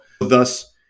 thus